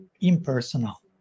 impersonal